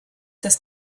das